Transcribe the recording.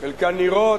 חלקן נראות,